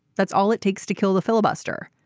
that's all it takes to kill the filibuster.